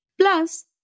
Plus